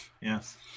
Yes